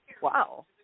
Wow